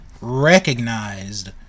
recognized